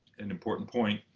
an important point.